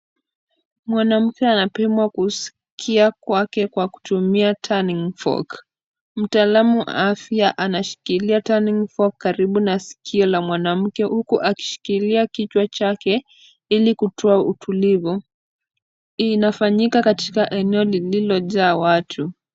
Mwanamke anapimwa kusikia kwake kwa kutumia turning fork , mtaalamu wa afya anashikilia turninf fork karibu na sikio la mwanamke, huku akishikilia kichwa chake, ili kutoa utulivu. Inafanyika katika eneo lililojaa watu.